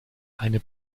eine